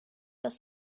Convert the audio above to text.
los